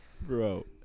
Bro